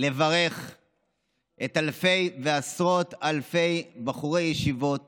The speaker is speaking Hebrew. לברך את אלפי ועשרות אלפי בחורי הישיבות